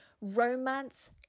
Romance